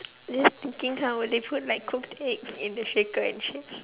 just thinking how would they put like cooked egg in the shaker and shake